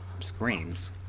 Screams